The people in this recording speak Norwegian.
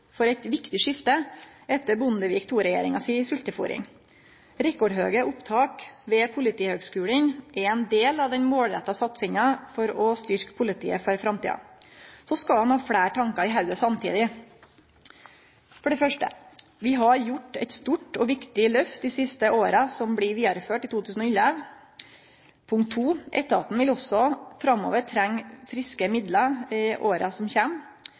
for eit viktig skifte etter Bondevik II-regjeringa si sultefôring. Rekordhøge opptak ved Politihøgskulen er ein del av den målretta satsinga for å styrkje politiet for framtida. Så skal ein ha fleire tankar i hovudet samtidig. For det første: Vi har gjort eit stort og viktig lyft dei siste åra som blir vidareført i 2011. Punkt 2: Etaten vil også trenge friske midlar i åra som kjem.